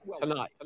tonight